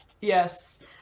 Yes